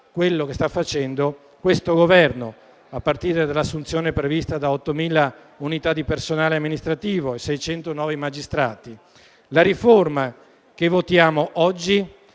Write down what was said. quello che sta facendo questo Governo, a partire dalla prevista assunzione di 8.000 unità di personale amministrativo e di 600 nuovi magistrati. La riforma che votiamo oggi